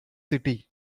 city